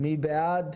מי בעד?